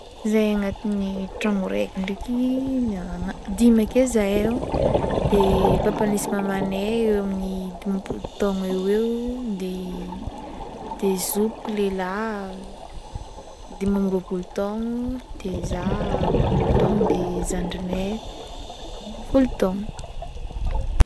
Zahay agnaty trano araiky ndraiky dimy akeo zahay o de papanay sy mamanay eo aminy dimampolo taona eoeo de zokiko lehilahy dimy ambiroapolo taogno de zah ropolo taogno de zandrinay folo taogno.